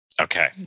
Okay